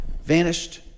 vanished